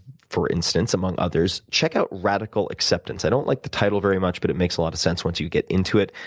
for instance, among others, check out radical acceptance. i don't like the title very much, but it makes a lot of sense once you get into it.